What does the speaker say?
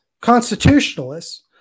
constitutionalists